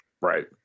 Right